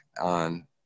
on